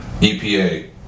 EPA